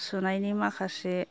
सुनायनि माखासे